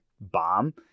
bomb